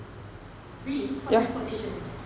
really what transportation